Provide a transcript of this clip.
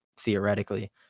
theoretically